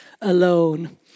alone